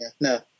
No